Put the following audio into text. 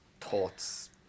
thoughts